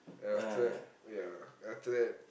then after that ya then after that